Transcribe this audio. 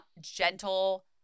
gentle